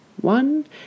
one